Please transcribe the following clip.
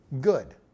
good